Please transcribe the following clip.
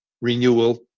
renewal